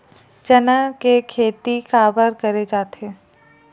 चना के खेती काबर करे जाथे?